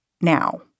now